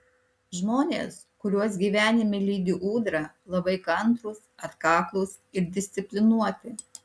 žmonės kuriuos gyvenime lydi ūdra labai kantrūs atkaklūs ir disciplinuoti